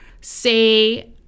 say